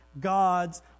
God's